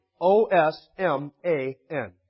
O-S-M-A-N